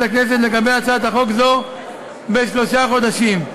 הכנסת לגבי הצעת חוק זו בשלושה חודשים.